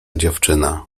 dziewczyna